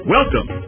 Welcome